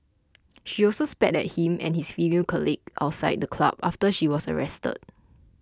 she also spat at him and his female colleague outside the club after she was arrested